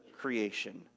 creation